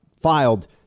filed